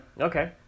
okay